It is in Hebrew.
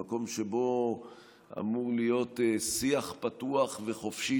במקום שבו אמור להיות שיח פתוח וחופשי,